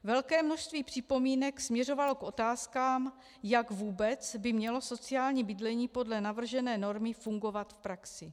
Velké množství připomínek směřovalo k otázkám, jak vůbec by mělo sociální bydlení podle navržené normy fungovat v praxi.